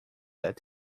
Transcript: that